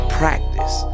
practice